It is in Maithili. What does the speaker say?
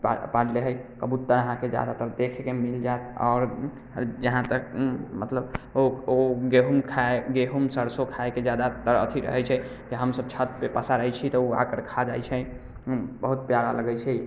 पालने हइ कबूतर अहाँके ज्यादातर देखयके मिल जायत आओर जहाँतक मतलब ओ ओ गेहूँ खाय गहुँम सरसो खायके ज्यादातर अथी रहै छै जे हमसभ छतपर पसारैत छी तऽ ओ आ कऽ खा जाइत छै बहुत प्यारा लगै छै